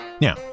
Now